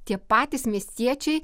tie patys miestiečiai